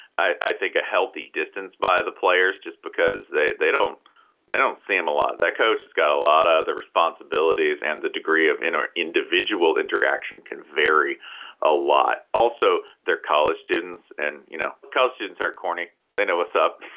i think, a healthy distance by the players just because they they don't they don't see him a lot. that coach has got a lot of the responsibilities and the degree of inner individual interaction can vary a lot. also, they're college students. and, you know, college students are corny they know what's up.